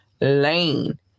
lane